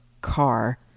car